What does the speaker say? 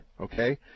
okay